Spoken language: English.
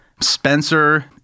Spencer